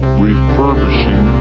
refurbishing